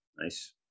nice